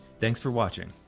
thanks for watching.